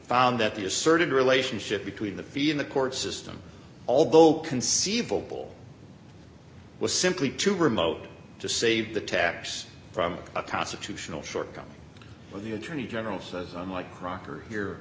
found that the asserted relationship between the fi in the court system although conceivable was simply too remote to save the taps from a constitutional shortcoming of the attorney general says unlike crocker here